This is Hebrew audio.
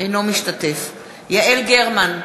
בהצבעה יעל גרמן,